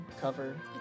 cover